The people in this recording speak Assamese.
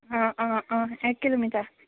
অঁ অঁ অঁ এক কিলোমিটাৰ